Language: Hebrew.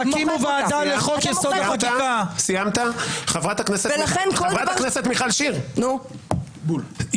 אתם לא מוכנים לעשות את זה בגלל האינטרס המאוד מאוד ברור וידוע,